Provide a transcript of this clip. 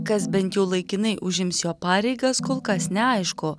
kas bent jau laikinai užims jo pareigas kol kas neaišku